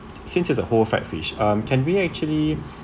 since it's a whole fried fish can we actually